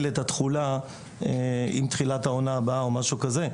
את התחולה עם תחילת העונה הבאה או משהו כזה.